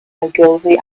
ogilvy